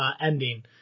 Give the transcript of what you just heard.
ending